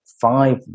five